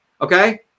Okay